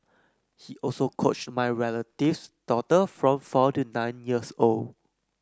he also coached my relative's daughter from four to nine years old